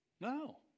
No